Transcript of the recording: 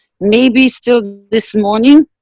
maybe, still this morning?